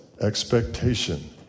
expectation